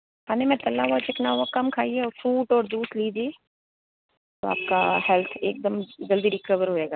खाने में तला हुआ चिकना कम खाइए और फ्रूट और दूध लीजिए तो आपका हेल्थ एकदम जल्दी रिकवर होएगा